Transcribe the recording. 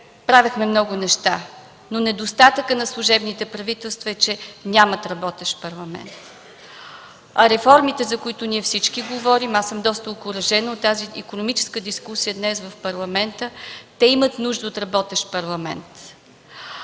Правехме много неща, но недостатъкът на служебните правителства е, че нямат работещ Парламент. Реформите, за които всички ние говорим – аз съм доста окуражена от тази икономическа дискусия днес в Парламента, имат нужда от работещ Парламент.